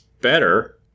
better